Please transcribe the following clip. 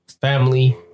Family